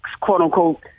quote-unquote